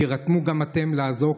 תירתמו גם אתם לעזור,